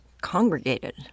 congregated